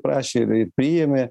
prašė priėmė